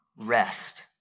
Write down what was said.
rest